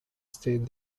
stayed